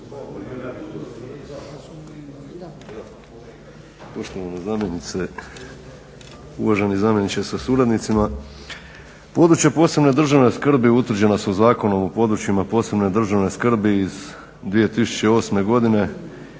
Poštovana zamjenice, uvaženi zamjeniče sa suradnicima. Područje posebne državne skrbi utvrđena su Zakonom o područjima posebne državne skrbi iz 2008. godine